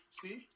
see